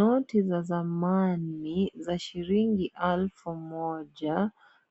Noti za zamani za shilingi elfu moja